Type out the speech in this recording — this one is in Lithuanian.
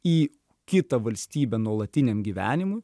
į kitą valstybę nuolatiniam gyvenimui